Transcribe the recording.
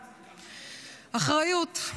אחריות.